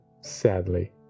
sadly